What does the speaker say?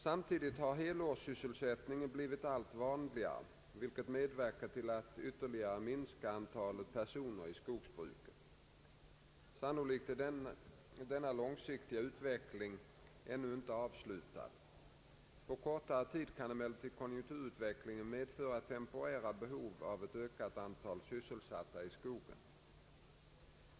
Samtidigt har helårssysselsättning blivit allt vanligare, vilket medverkat till att ytterligare minska antalet personer i skogsbruket. Sannolikt är denna långsiktiga utveckling ännu inte avslutad. På kortare sikt kan emellertid konjunkturutvecklingen medföra temporära behov av att öka antalet sysselsatta i skogen.